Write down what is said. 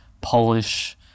Polish